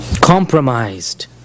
compromised